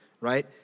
right